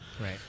right